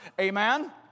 Amen